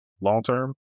long-term